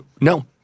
no